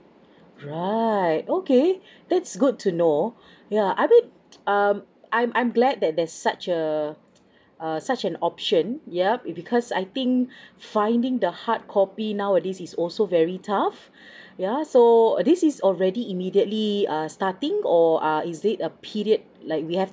right okay that's good to know ya I mean um I'm I'm glad that there's such a a such an option yup it because I think finding the hard copy nowadays is also very tough yeah so uh this is already immediately err starting or ah is it a period like we have